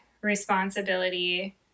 responsibility